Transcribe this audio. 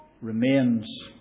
remains